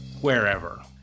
wherever